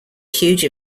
huge